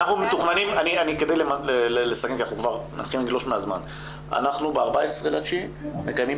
כדי לא לגלוש מהזמן אני אומר שב-14.9 אנחנו מקיימים